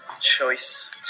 choice